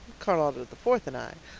charlotta the fourth and i.